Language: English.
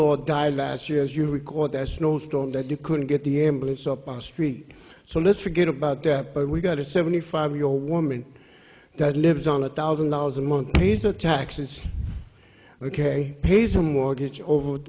law died last year as you record there snowstorm that you couldn't get the ambulance up on street so let's forget about that but we got a seventy five year old woman that lives on a thousand dollars a month piece of taxes ok he's a mortgage over